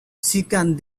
second